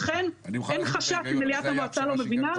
לכן אין חשש שמליאת המועצה לא מבינה,